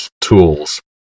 tools